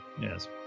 Yes